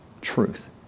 truth